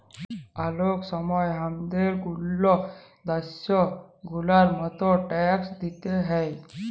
অলেক সময় হামাদের ওল্ল দ্যাশ গুলার মত ট্যাক্স দিতে হ্যয়